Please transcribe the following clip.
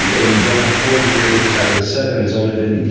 and going on four years out of the seven there's only been,